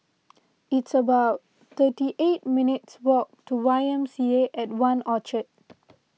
it's about thirty eight minutes' walk to YMCA at one Orchard